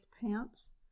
pants